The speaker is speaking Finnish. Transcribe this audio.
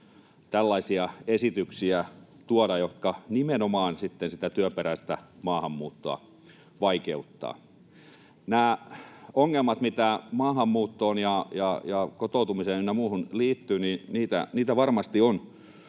tällaisia esityksiä tuoda, jotka nimenomaan sitten sitä työperäistä maahanmuuttoa vaikeuttavat. Näitä ongelmia, mitä maahanmuuttoon ja kotoutumiseen ynnä muuhun liittyy, varmasti on